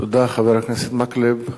תודה, חבר הכנסת מקלב.